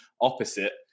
opposite